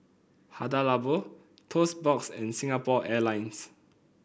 Hada Labo Toast Box and Singapore Airlines